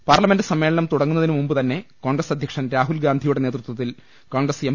parliament സമ്മേളനം തുടങ്ങുന്നതിന് മുമ്പ് തന്നെ കോൺഗ്രസ് അധ്യക്ഷൻ രാഹുൽ ഗാന്ധിയുടെ നേതൃത്വത്തിൽ കോൺഗ്രസ് എം